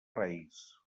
reis